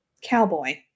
cowboy